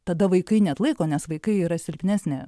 tada vaikai neatlaiko nes vaikai yra silpnesni